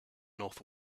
north